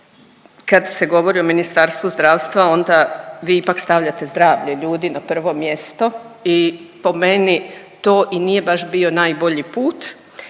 kad se govori o Ministarstvu zdravstva vi ipak stavljate zdravlje ljudi na prvo mjesto i po meni to i nije bio vaš najbolji put,